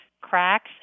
cracks